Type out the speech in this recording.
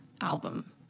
album